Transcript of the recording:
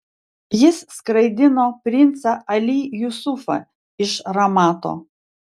jis skraidino princą ali jusufą iš ramato